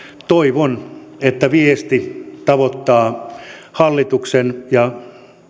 toivon että viesti tavoittaa hallituksen ja